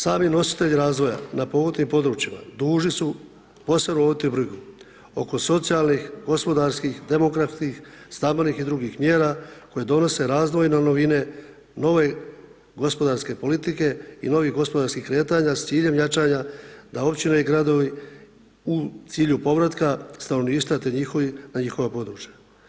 Sami nositelji razvoja na potpomognutim područjima, dužni su posebno voditi brigu oko socijalnih, gospodarskih, demografskih, stambenih i drugih mjera, koje donose razvojne novine, nove gospodarske politike i novih gospodarskih kretanja s ciljem kretanja da općine i gradovi u cilju povrataka stanovništva te njihovih na njihova područja.